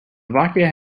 slovakia